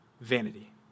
vanity